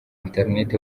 internet